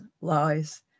lies